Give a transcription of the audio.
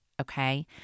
okay